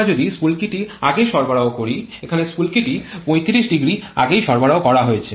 আমরা যদি স্ফুলকিটি আগে সরবরাহ করি এখানে স্ফুলকিটি ৩৫০ আগেই সরবরাহ করা হয়েছে